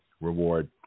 reward